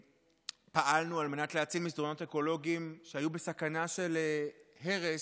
פעלה על מנת להציל מסדרונות אקולוגיים שהיו בסכנה של הרס,